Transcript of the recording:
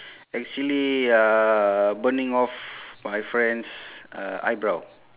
actually uh burning off my friend's uh eyebrow